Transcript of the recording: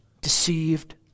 deceived